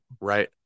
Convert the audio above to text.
right